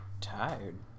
tired